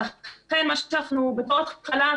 לכן מה שאנחנו בתור התחלה,